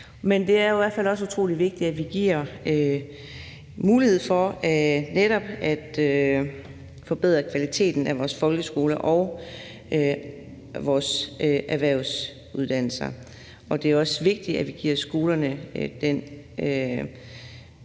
Det er i hvert fald utrolig vigtigt, at vi giver mulighed for netop at forbedre kvaliteten af vores folkeskoler og vores erhvervsuddannelser, men det er også vigtigt, at vi giver skolerne tid